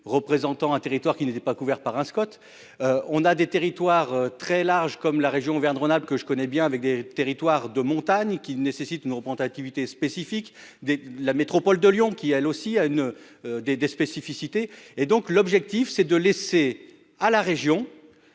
représentant un territoire qui n'étaient pas couverts par un Scott. On a des territoires très large comme la région Auvergne-Rhône-Alpes, que je connais bien avec des territoires de montagne qui nécessitent ne reprend activité spécifique des la métropole de Lyon, qui elle aussi à une des des spécificités et donc l'objectif c'est de laisser à la région.